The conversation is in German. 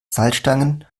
salzstangen